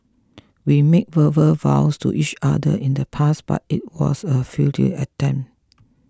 we made verbal vows to each other in the past but it was a futile attempt